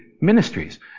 Ministries